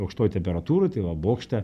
aukštoj temperatūroj tai va bokšte